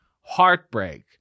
heartbreak